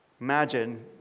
imagine